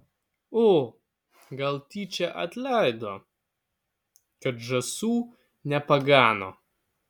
o gal tyčia atleido kad žąsų nepagano